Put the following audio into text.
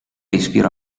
ispira